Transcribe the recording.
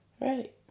Right